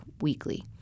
weekly